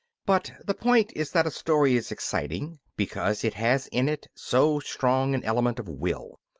but the point is that a story is exciting because it has in it so strong an element of will,